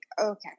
okay